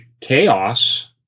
chaos